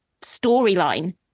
storyline